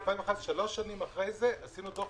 ב-2011, שלוש שנים אחרי כן, עשינו דוח